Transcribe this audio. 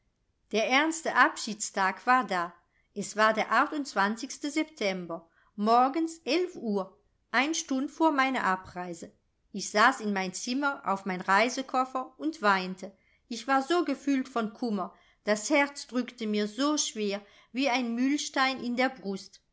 der ernste abschiedstag war da es war der achtundzwanzigste september morgens elf uhr ein stunde vor meine abreise ich saß in mein zimmer auf mein reisekoffer und weinte ich war so gefüllt von kummer das herz drückte mir so schwer wie ein mühlstein in der brust